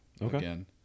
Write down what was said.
again